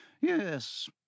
Yes